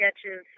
sketches